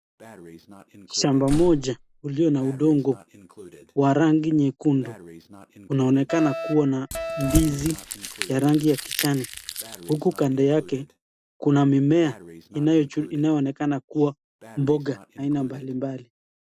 Shamba moja uliona udongo wa rangi nyekundu unaonekana kuwa na ndizi ya rangi ya kijani uku kando yake kuna mimea inayoonekana kuwa mboga aina mbalimbali.